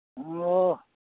ꯑꯣ